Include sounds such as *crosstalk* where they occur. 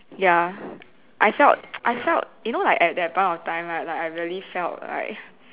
ya I felt *noise* I felt you know like at that point of time right like I really felt like